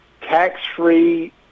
tax-free